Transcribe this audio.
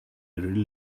really